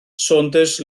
saunders